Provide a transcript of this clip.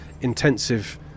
intensive